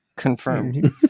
Confirmed